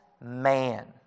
man